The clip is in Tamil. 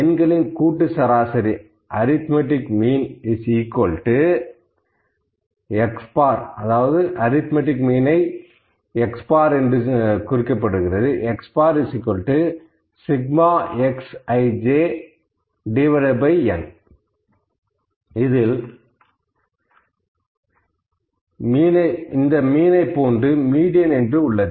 எண்களின் கூட்டுச்சராசரி Arithmetic Mean X Σxijn இந்த சராசரியை போன்று மீடியன் என்று உள்ளது